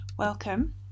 Welcome